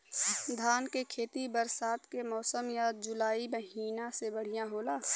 धान के खेती बरसात के मौसम या जुलाई महीना में बढ़ियां होला?